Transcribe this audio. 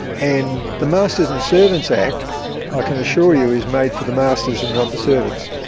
and the masters and servants act i can assure you is made for the masters and not the servants.